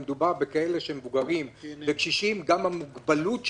אם מדובר באנשים מבוגרים וקשישים האם נלקחה בחשבון גם המוגבלות שלהם,